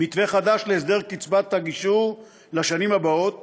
מתווה חדש להסדר קצבת הגישור לשנים הבאות